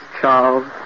Charles